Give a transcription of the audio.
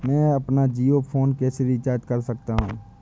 मैं अपना जियो फोन कैसे रिचार्ज कर सकता हूँ?